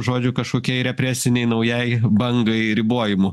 žodžiu kažkokiai represinei naujai bangai ribojimų